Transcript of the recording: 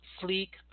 sleek